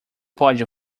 pode